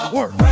Work